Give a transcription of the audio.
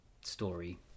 Story